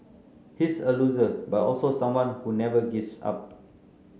he's a loser but also someone who never gives up